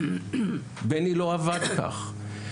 בני לא עבד כך.